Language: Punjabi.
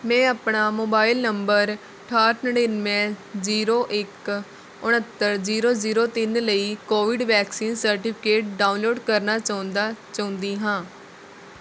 ਮੈਂ ਆਪਣਾ ਮੋਬਾਇਲ ਨੰਬਰ ਅਠਾਹਠ ਨੜਿਨਵੇਂ ਜੀਰੋ ਇੱਕ ਉਣੱਤਰ ਜੀਰੋ ਜ਼ੀਰੋ ਤਿੰਨ ਲਈ ਕੋਵਿਡ ਵੈਕਸੀਨ ਸਰਟੀਫਿਕੇਟ ਡਾਊਨਲੋਡ ਕਰਨਾ ਚਾਹੁੰਦਾ ਚਾਹੁੰਦੀ ਹਾਂ